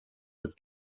with